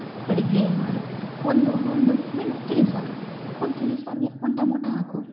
ಅಡುಗೆ ಅಂದರೆ ಒಂದು ಒಂದು ತಿಳಿ ಸಾರು ಒಂದು ತಿಳಿ ಸಾರಿಗೆ ಒಂದು ಟಮೋಟ ಹಾಕು